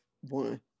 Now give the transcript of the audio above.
one